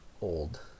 old